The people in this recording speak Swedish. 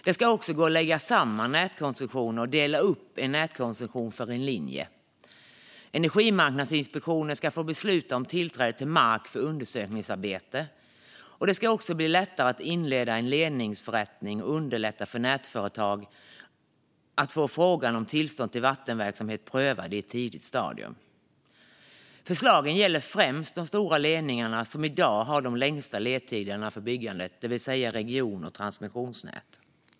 Det ska också gå att lägga samman nätkoncessioner och dela upp en nätkoncession för en linje. Energimarknadsinspektionen ska få besluta om tillträde till mark för undersökningsarbeten. Det ska också bli lättare att inleda en ledningsförrättning och underlätta för nätföretag att få frågan om tillstånd till vattenverksamhet prövad i ett tidigt stadium. Förslagen gäller främst de stora ledningar som i dag har de längsta ledtiderna för byggande, det vill säga region och transmissionsnät.